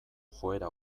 joera